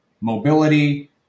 mobility